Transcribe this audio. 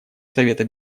совета